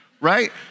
right